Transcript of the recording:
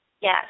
Yes